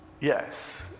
Yes